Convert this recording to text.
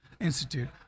Institute